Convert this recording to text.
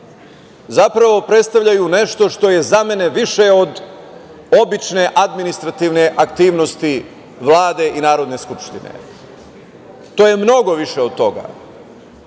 zapravo predstavljaju nešto što je za mene više od obične administrativne aktivnosti Vlade i Narodne skupštine. To je mnogo više od